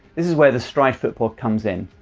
this is where the stryd footpod comes in.